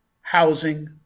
housing